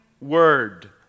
Word